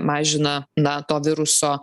mažina na to viruso